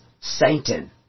Satan